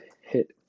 hit